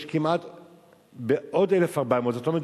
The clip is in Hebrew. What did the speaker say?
יש עוד 1,400. זאת אומרת,